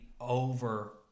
over